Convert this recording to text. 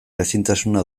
ezintasuna